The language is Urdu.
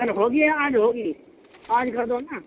سر ہوگی آج ہوگی آج کر دو نا